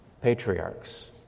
patriarchs